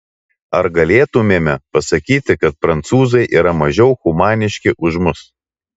ar galėtumėme pasakyti kad prancūzai yra mažiau humaniški už mus